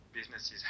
businesses